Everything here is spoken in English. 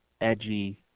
edgy